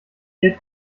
yet